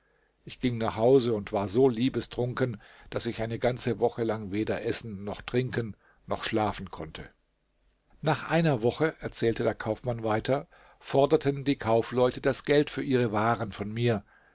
ich ging nach hause und war so liebestrunken daß ich eine ganze woche lang weder essen noch trinken noch schlafen konnte nach einer woche erzählte der kaufmann weiter forderten die kaufleute das geld für ihre waren von mir